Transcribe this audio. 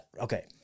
okay